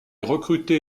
recruté